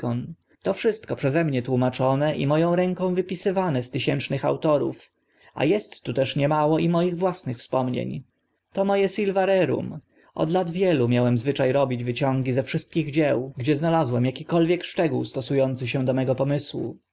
to wszystko przeze mnie tłumaczone i mo ą ręką wypisywane z tysiącznych autorów a est też tu niemało i moich własnych wspomnień to mo e silva rerum od lat wielu miałem zwycza robić wyciągi ze wszystkich dzieł gdzie znalazłem akikolwiek szczegół stosu ący się do mego pomysłu